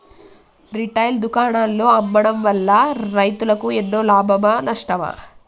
Retail దుకాణాల్లో అమ్మడం వల్ల రైతులకు ఎన్నో లాభమా నష్టమా?